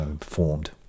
formed